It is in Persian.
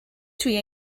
توی